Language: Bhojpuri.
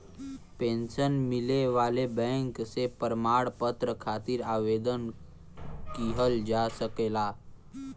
पेंशन मिले वाले बैंक से प्रमाण पत्र खातिर आवेदन किहल जा सकला